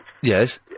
Yes